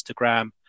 Instagram